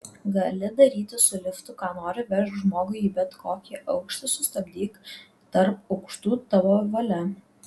gali daryti su liftu ką nori vežk žmogų į bet kokį aukštą sustabdyk tarp aukštų tavo valia